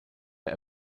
der